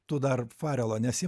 tu dar farelo nesi